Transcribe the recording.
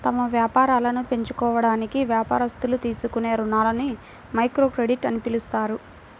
తమ వ్యాపారాలను పెంచుకోవడానికి వ్యాపారస్తులు తీసుకునే రుణాలని మైక్రోక్రెడిట్ అని పిలుస్తారు